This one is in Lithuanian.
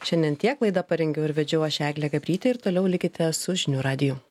šiandien tiek laidą parengiau ir vedžiau aš eglė gabrytė ir toliau likite su žinių radiju